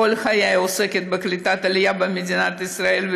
כל חיי אני עוסקת בקליטת עלייה במדינת ישראל,